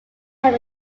ham